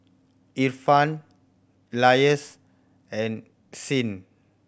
Irfan Elyas and Isnin